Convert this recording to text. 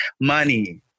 money